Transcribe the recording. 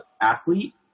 athlete